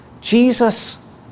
Jesus